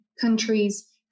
countries